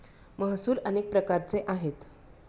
महसूल अनेक प्रकारचे आहेत